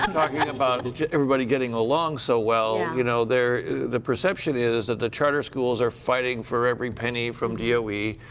about yeah about everybody getting along so well. you know the perception is that the charter schools are fighting for every penny from d o e.